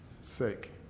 sake